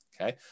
okay